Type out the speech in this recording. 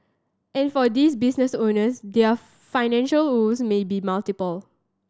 and for these business owners their financial woes may be multiple